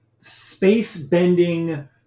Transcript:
space-bending